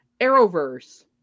arrowverse